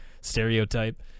stereotype